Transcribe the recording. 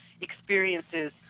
experiences